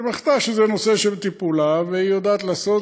שבחרה שזה נושא שבטיפולה, והיא יודעת לעשות.